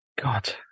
god